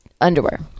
underwear